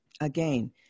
Again